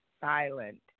silent